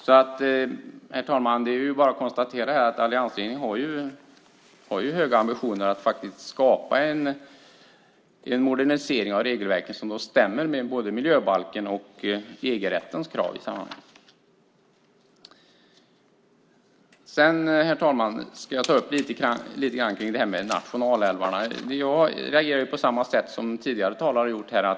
Herr talman! Det är bara att konstatera här att alliansregeringen har höga ambitioner att faktiskt skapa en modernisering av regelverket som stämmer med både miljöbalken och EG-rättens krav i sammanhanget. Sedan, herr talman, ska jag ta upp det här med nationalälvarna. Jag har reagerat på samma sätt som tidigare talare har gjort här.